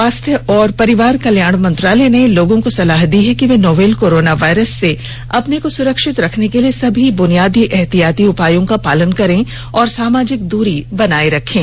स्वास्थ्य और परिवार कल्याण मंत्रालय ने लोगों को सलाह दी है कि वे नोवल कोरोना वायरस से अपने को सुरक्षित रखने के लिए सभी बुनियादी एहतियाती उपायों का पालन करें और सामाजिक दूरी बनाए रखें